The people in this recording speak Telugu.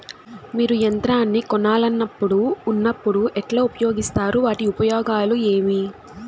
మీరు యంత్రాన్ని కొనాలన్నప్పుడు ఉన్నప్పుడు ఎట్లా ఉపయోగిస్తారు వాటి ఉపయోగాలు ఏవి?